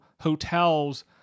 hotels